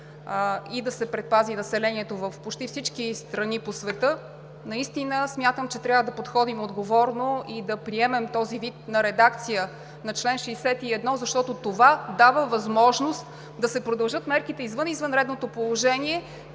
да се предпази населението в почти всички страни по света. Смятам, че трябва да подходим отговорно и да приемем този вид на редакция на чл. 61, защото това дава възможност да се продължат мерките извън извънредното положение,